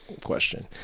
question